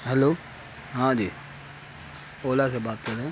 hello ہاں جی اولا سے بات کر رہے ہیں